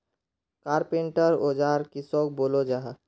Carpenter औजार किसोक बोलो जाहा?